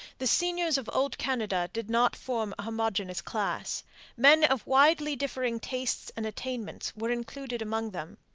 the seigneurs of old canada did not form a homogeneous class men of widely differing tastes and attainments were included among them.